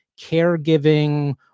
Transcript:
caregiving